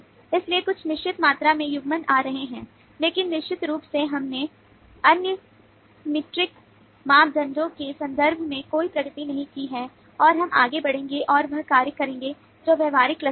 इसलिए कुछ निश्चित मात्रा में युग्मन आ रहे हैं लेकिन निश्चित रूप से हमने अन्य मीट्रिक मापदंडों के संदर्भ में कोई प्रगति नहीं की है और हम आगे बढ़ेंगे और वह कार्य करेंगे जो व्यवहारिक क्लस्टरिंग है